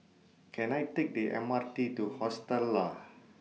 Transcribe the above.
Can I Take The M R T to Hostel Lah